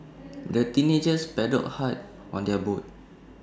the teenagers paddled hard on their boat